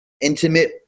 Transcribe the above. intimate